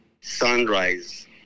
sunrise